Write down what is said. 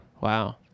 Wow